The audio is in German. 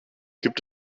gibt